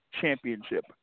championship